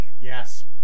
Yes